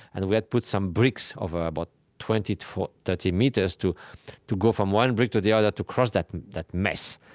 and we had put some bricks over about twenty to thirty meters, to to go from one brick to the other to cross that that mess.